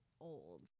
old